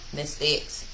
mistakes